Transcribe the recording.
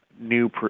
new